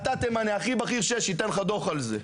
--- אתה תמנה יועץ הכי בכיר שיש הוא ייתן לך דוח על זה,